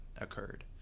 occurred